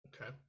okay